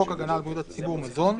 חוק הגנה על בריאות הציבור (מזון)),